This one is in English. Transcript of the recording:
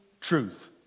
truth